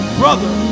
brother